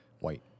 White